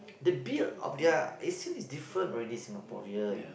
the build of their Asian is different already Singaporean